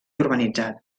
urbanitzat